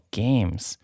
games